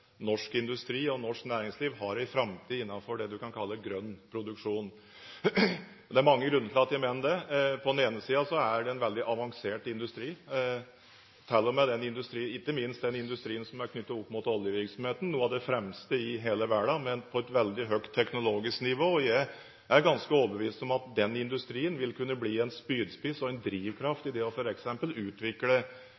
norsk industri og norsk næringsliv har en framtid innenfor det man kan kalle grønn produksjon. Det er mange grunner til at jeg mener det. På den ene siden er det en veldig avansert industri – ikke minst den industrien som er knyttet opp mot oljevirksomheten – noe av det fremste i hele verden, men på et veldig høyt teknologisk nivå. Jeg er ganske overbevist om at den industrien vil kunne bli en spydspiss og en drivkraft